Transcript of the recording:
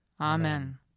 Amen